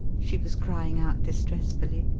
she was crying out distressfully.